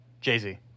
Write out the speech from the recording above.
Jay-Z